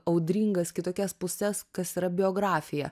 audringas kitokias puses kas yra biografija